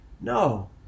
No